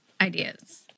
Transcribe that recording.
ideas